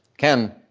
ken,